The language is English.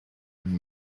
and